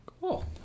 Cool